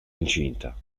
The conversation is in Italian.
incinta